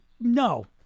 no